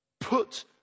Put